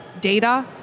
data